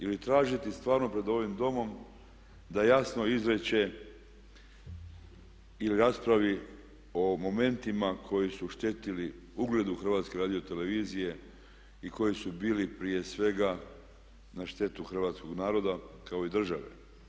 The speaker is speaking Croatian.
Ili tražiti stvarno pred ovim Domom da jasno izreče i raspravi o momentima koji su štetili ugledu HRT-a i koji su bili prije svega na štetu hrvatskog naroda kao i države.